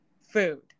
food